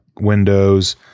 windows